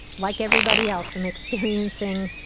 like everybody else, am experiencing,